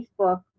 Facebook